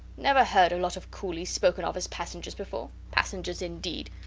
never heard a lot of coolies spoken of as passengers before. passengers, indeed!